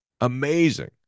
Amazing